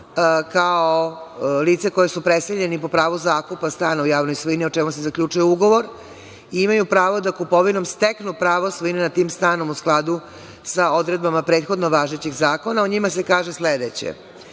kao lice koje je preseljeno po pravu zakupa stana u javnoj svojini, o čemu se zaključuje ugovor, imaju pravo da kupovinom steknu pravo svojine nad tim stanom u skladu sa odredbama prethodno važećih zakona. O njima se kaže sledeće: